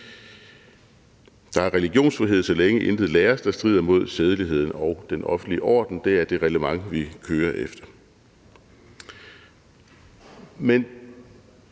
Der er religionsfrihed, så længe intet læres, der strider mod sædeligheden og den offentlige orden. Det er det reglement, vi kører efter.